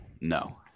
no